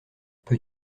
peux